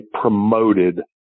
promoted